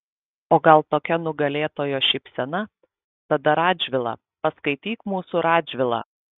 o gal tokia nugalėtojo šypsena tada radžvilą paskaityk mūsų radžvilą